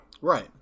Right